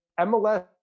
MLS